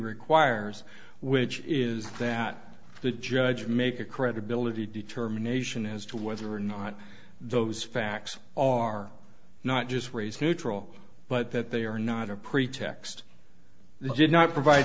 requires which is that the judge make a credibility determination as to whether or not those facts are not just raised neutral but that they are not a pretext did not provide